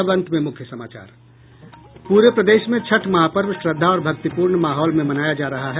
और अब अंत में मुख्य समाचार पूरे प्रदेश में छठ महापर्व श्रद्धा और भक्तिपूर्ण माहौल में मनाया जा रहा है